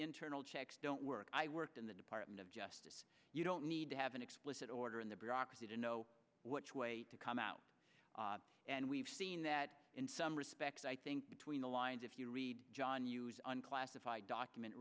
internal checks don't work i worked in the department of justice you don't need to have an explicit order in the bureaucracy to know which way to come out and we've seen that in some respects i think between the lines if you read john hughes an classified document